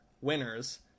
winners